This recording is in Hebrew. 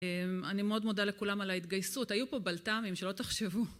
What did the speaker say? אני מאוד מודה לכולם על ההתגייסות היו פה בלת"מים שלא תחשבו